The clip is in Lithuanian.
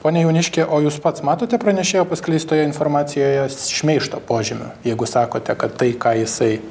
pone jauniški o jūs pats matote pranešėjo paskleistoje informacijoje šmeižto požymių jeigu sakote kad tai ką jisai